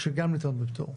שגם ניתנות בפטור.